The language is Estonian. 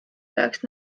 peaks